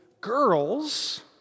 girls